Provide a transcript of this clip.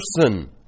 person